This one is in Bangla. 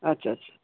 আচ্ছা আচ্ছা